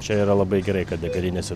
čia yra labai gerai kad degalinėse